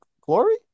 Glory